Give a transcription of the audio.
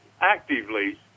actively